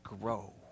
grow